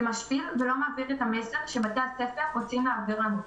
זה משפיל ולא מעביר את המסר שבתי הספר רוצים להעביר לנו,